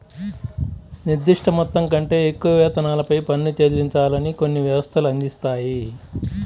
నిర్దిష్ట మొత్తం కంటే ఎక్కువ వేతనాలపై పన్ను చెల్లించాలని కొన్ని వ్యవస్థలు అందిస్తాయి